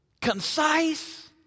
concise